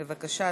בבקשה,